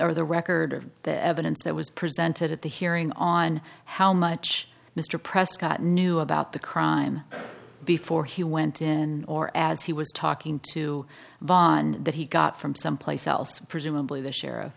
of the record of the evidence that was presented at the hearing on how much mr prescott knew about the crime before he went in or as he was talking to bond that he got from someplace else presumably th